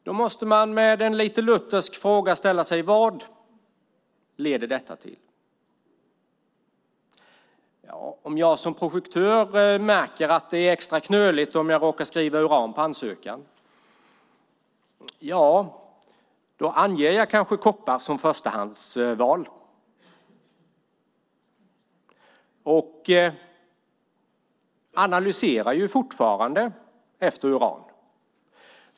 Då måste man lite lutherskt fråga sig: Vad leder detta till? Ja, om jag som projektör märker att det är extra knöligt när jag skriver uran på ansökan anger jag kanske koppar som förstahandsval. Jag analyserar fortfarande för att hitta uran.